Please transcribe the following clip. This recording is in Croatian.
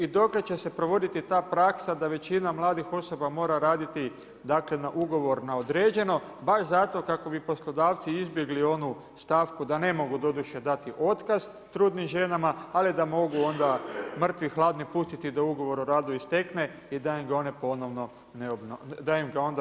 I dokle će se provoditi ta praksa da većina mladih osoba mora raditi, dakle na ugovor na određeno baš zato kako bi poslodavci izbjegli onu stavku da ne mogu doduše dati otkaz trudnim ženama ali da mogu onda mrtvi hladni pustiti da ugovor o radu istekne i da im ga onda ponovno ne moraju obnoviti.